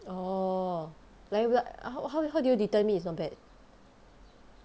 orh like w~ how how how do you determine it's not bad